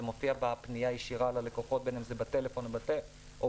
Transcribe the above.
זה מופיע בפנייה הישירה ללקוחות בין אם זה בטלפון או במייל.